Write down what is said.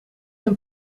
een